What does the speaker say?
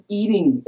eating